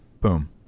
Boom